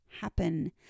happen